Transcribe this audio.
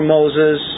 Moses